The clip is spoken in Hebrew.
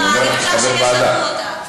אני אומר לך כחבר הוועדה שהיא תהיה פתוחה.